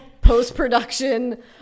post-production